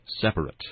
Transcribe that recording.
separate